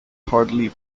hardly